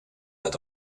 dat